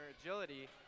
agility